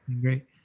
Great